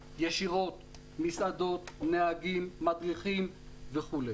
מסעדות, נהגים, מדריכים וכו'.